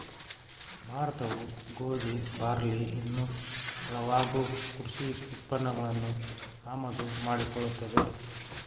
ಭಾರತವು ಗೋಧಿ, ಬಾರ್ಲಿ ಇನ್ನೂ ಹಲವಾಗು ಕೃಷಿ ಉತ್ಪನ್ನಗಳನ್ನು ಆಮದು ಮಾಡಿಕೊಳ್ಳುತ್ತದೆ